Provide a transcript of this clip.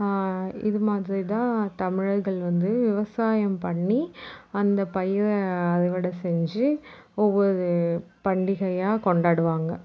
இது மாதிரி தான் தமிழர்கள் வந்து விவசாயம் பண்ணி அந்த பயிரை அறுவடை செஞ்சு ஒவ்வொரு பண்டிகையாக கொண்டாடுவாங்க